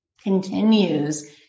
continues